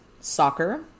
soccer